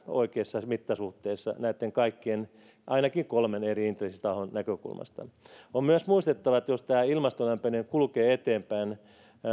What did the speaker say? oikeissa mittasuhteissa ainakin näitten kaikkien kolmen eri intressitahon näkökulmasta semmoisella tavalla kuin äsken kuvasin on myös muistettava että jos tämä ilmaston lämpeneminen kulkee eteenpäin